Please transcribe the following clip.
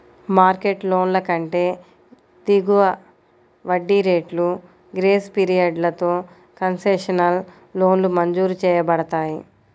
market లోన్ల కంటే దిగువ వడ్డీ రేట్లు, గ్రేస్ పీరియడ్లతో కన్సెషనల్ లోన్లు మంజూరు చేయబడతాయి